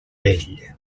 vell